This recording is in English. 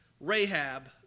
Rahab